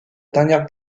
dernière